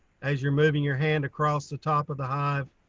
as you're moving your hand across the top of the hive,